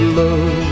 love